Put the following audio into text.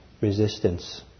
resistance